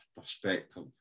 perspective